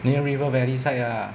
near river valley side ah